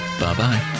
bye-bye